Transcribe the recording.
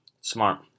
Smart